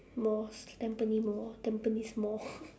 malls tampines mall tampines mall